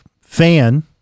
fan